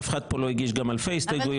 גם אף אחד כאן לא הגיש אלפי הסתייגויות.